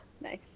Nice